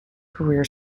career